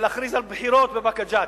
ולהכריז על בחירות בבאקה ג'ת?